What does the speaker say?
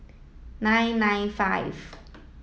nine nine five